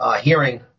hearing